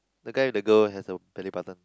the guy with the girl has a belly button